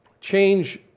Change